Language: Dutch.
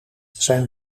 zijn